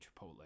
Chipotle